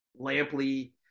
Lampley